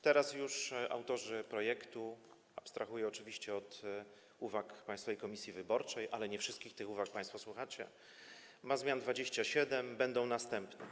Teraz autorzy projektu - abstrahuję oczywiście od uwag Państwowej Komisji Wyborczej, ale nie wszystkich tych uwag państwo słuchacie - mają już zmian 27, a będą następne.